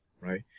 Right